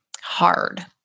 hard